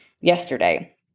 yesterday